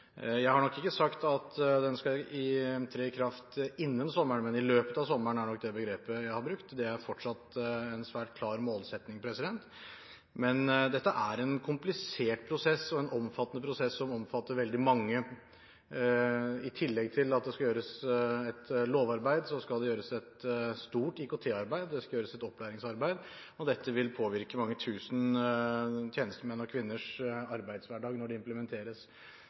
Jeg har nok ikke sagt at den skal tre i kraft innen sommeren; i løpet av sommeren er nok det begrepet jeg har brukt. Det er fortsatt en svært klar målsetting. Men dette er en komplisert og omfattende prosess som omfatter veldig mange. I tillegg til at det skal gjøres et lovarbeid, skal det gjøres et stort IKT-arbeid, og det skal gjøres et opplæringsarbeid. Dette vil påvirke mange tusen tjenestemenn og -kvinners arbeidshverdag når det implementeres.